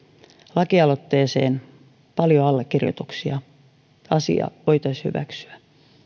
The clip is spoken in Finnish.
lakialoitteeseen paljon allekirjoituksia ja asia voitaisiin hyväksyä